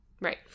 Right